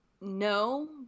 no